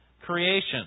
creation